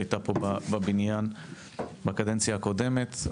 התנהלות שהייתה פה בבניין בקדנציה הקודמת.